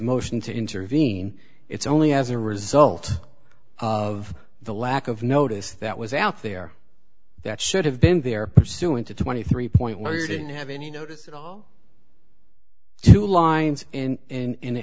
motion to intervene it's only as a result of the lack of notice that was out there that should have been there pursuant to twenty three point where you didn't have any notice two lines and in